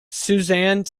suzanne